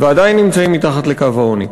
ועדיין נמצאים מתחת לקו העוני.